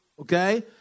Okay